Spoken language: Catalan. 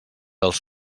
els